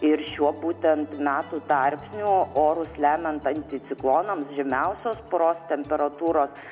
ir šiuo būtent metų tarpsniu orus lemiant anticiklonams žemiausios paros temperatūros